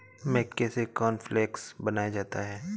मक्के से कॉर्नफ़्लेक्स बनाया जाता है